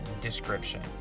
description